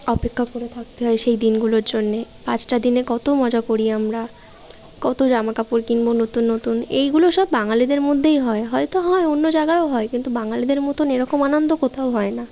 অপেক্ষা করে থাকতে হয় সেই দিনগুলোর জন্যে পাঁচটা দিনে কত মজা করি আমরা কত জামা কাপড় কিনব নতুন নতুন এইগুলো সব বাঙালিদের মধ্যেই হয় হয়তো হয় অন্য জায়গায়ও হয় কিন্তু বাঙালিদের মতন এরকম আনন্দ কোথাও হয় না